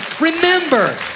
Remember